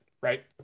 right